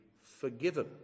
forgiven